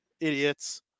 Idiots